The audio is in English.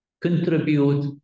contribute